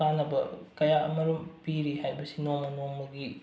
ꯀꯥꯟꯅꯕ ꯀꯌꯥ ꯑꯃꯔꯣꯝ ꯄꯤꯔꯤ ꯍꯥꯏꯕꯁꯤ ꯅꯣꯡꯃ ꯅꯣꯡꯃꯒꯤ